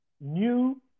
new